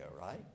right